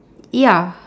ya